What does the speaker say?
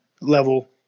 level